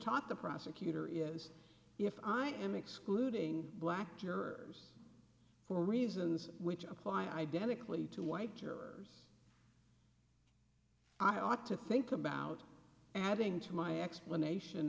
taught the prosecutor is if i am excluding black jurors for reasons which apply identically to white jurors i ought to think about adding to my explanation